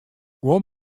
guon